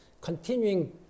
continuing